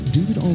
David